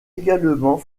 également